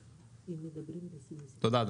תודה.